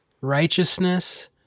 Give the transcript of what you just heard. righteousness